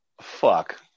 Fuck